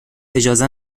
اجازه